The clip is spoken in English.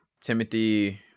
Timothy